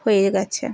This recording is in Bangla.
হয়ে গেছে